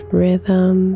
rhythm